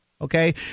okay